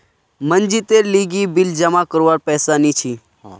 मनजीतेर लीगी बिल जमा करवार पैसा नि छी